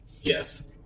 Yes